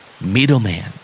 Middleman